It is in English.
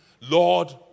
Lord